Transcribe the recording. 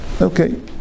Okay